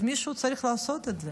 אז מישהו צריך לעשות את זה.